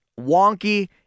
wonky